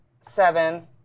seven